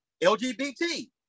LGBT